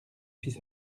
fils